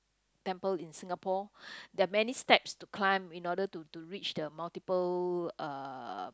temple in Singapore there are many steps to climb in order to to reach the multiple uh